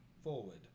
Forward